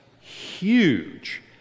huge